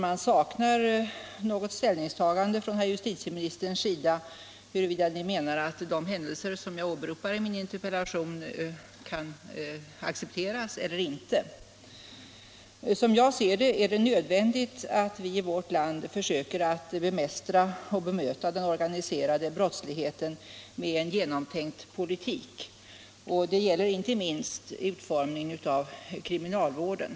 Man saknar ett ställningstagande från justitieministerns sida, om de händelser som jag åberopar i min interpellation kan accepteras eller inte. Som jag ser det är det nödvändigt att vi i vårt land försöker bemästra och bemöta den organiserade brottsligheten med en genomtänkt politik. Det gäller inte minst utformningen av kriminalvården.